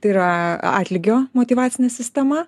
tai yra atlygio motyvacinė sistema